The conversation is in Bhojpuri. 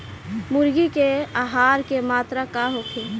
मुर्गी के आहार के मात्रा का होखे?